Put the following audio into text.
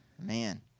man